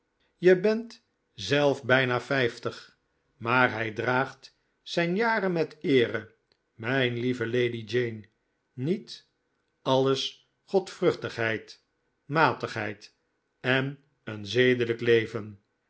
je bent zelf bijna vijftig maar hij draagt zijn jaren met eere mijn lieve lady jane niet alles godvruchtigheid rnatigheid en een zedelijk leven